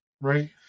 right